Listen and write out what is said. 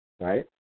right